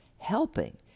Helping